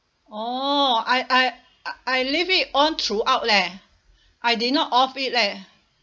oh I I I leave it on throughout leh I did not off it leh